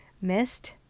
missed